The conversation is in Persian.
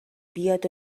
بیاد